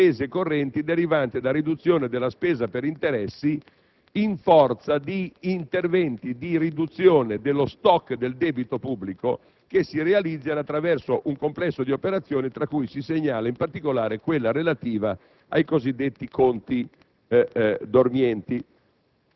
nel testo), delle minori spese correnti derivanti da riduzione della spesa per interessi, in forza di interventi di riduzione dello *stock* del debito pubblico che si realizzino attraverso un complesso di operazioni, tra cui si segnala, in particolare, quella relativa ai cosiddetti conti